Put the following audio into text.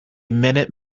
minute